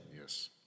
Yes